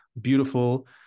beautiful